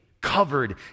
covered